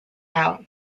out